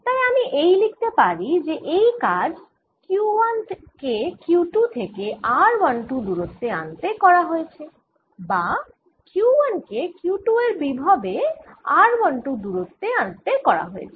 তাই আমি এই লিখতে পারি যে এই কাজ Q1 কে Q2 থেকে r12 দূরত্বে আনতে করা হয়েছে বা Q1 কে Q2 এর বিভবে r12 দূরত্বে আনতে করা হয়েছে